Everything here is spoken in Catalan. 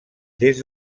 des